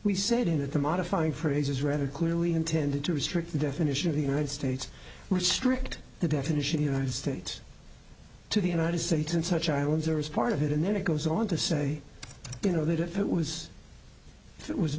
that the modifying phrase is rather clearly intended to restrict the definition of the united states restrict the definition united states to the united states in such islands or is part of it and then it goes on to say you know that if it was it was